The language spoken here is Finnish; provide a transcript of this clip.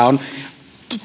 on